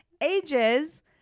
ages